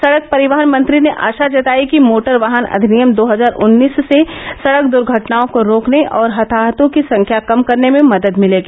सड़क परिवहन मंत्री ने आशा जताई कि मोटर वाहन अधिनियम दो हजार उन्नीस से सड़क द्र्घटनाओं को रोकने और हताहतों की संख्या कम करने में मदद भिलेगी